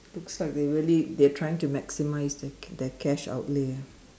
looks like they're really they're trying to maximize the the cash outlay ah